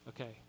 Okay